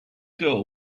girl